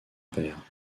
père